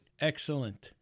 Excellent